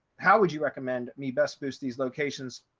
how would you recommend me best boost these locations?